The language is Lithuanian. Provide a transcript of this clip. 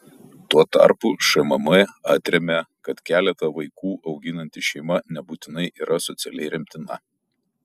tuo tarpu šmm atremia kad keletą vaikų auginanti šeima nebūtinai yra socialiai remtina